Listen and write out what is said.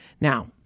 Now